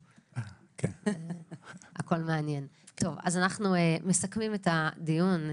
הכול מעניין.\ אנחנו מסכמים את הדיון.